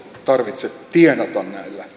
tarvitse tienata